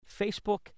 Facebook